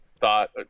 thought